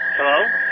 Hello